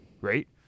Right